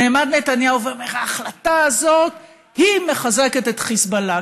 נעמד נתניהו ואומר: ההחלטה הזו מחזקת את חיזבאללה.